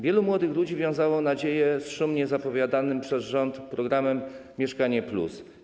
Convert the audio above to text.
Wielu młodych ludzi wiązało nadzieję z szumnie zapowiadanym przez rząd programem „Mieszkanie+”